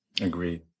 Agreed